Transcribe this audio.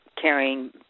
carrying